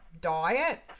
diet